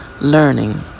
learning